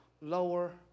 lower